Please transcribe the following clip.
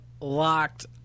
Locked